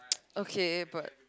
okay but